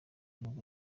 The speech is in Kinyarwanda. nibwo